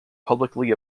publicly